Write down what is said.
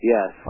Yes